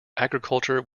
agriculture